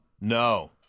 No